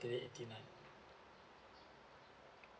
monthly eighty nine